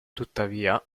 tuttavia